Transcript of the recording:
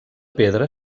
pedra